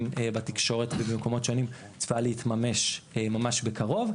בתקשורת ובמקומות שונים צריכה להתממש ממש קרוב.